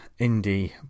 indie